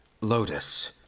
Lotus